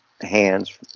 hands